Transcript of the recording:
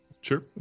sure